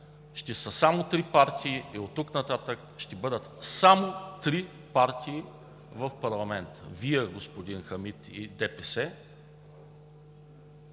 ще са само три партии. Оттук нататък ще бъдат само три партии в парламента – Вие, господин Хамид, ДПС,